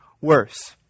worse